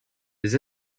des